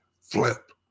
flip